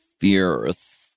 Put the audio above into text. fierce